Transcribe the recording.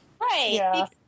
Right